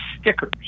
stickers